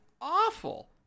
awful